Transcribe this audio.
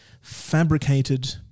fabricated